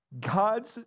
God's